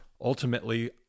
ultimately